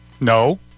No